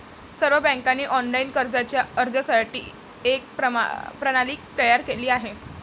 सर्व बँकांनी ऑनलाइन कर्जाच्या अर्जासाठी एक प्रणाली तयार केली आहे